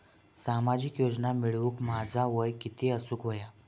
सामाजिक योजना मिळवूक माझा वय किती असूक व्हया?